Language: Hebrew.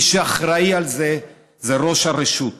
מי שאחראי לזה זה ראש הרשות.